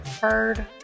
heard